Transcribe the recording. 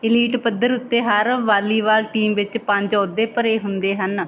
elite ਪੱਧਰ ਉੱਤੇ ਹਰ ਵਾਲੀਬਾਲ ਟੀਮ ਵਿੱਚ ਪੰਜ ਅਹੁਦੇ ਭਰੇ ਹੁੰਦੇ ਹਨ